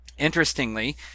Interestingly